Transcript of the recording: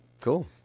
Cool